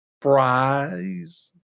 Fries